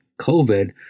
COVID